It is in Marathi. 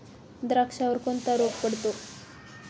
द्राक्षावर कोणता रोग पडतो?